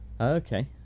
okay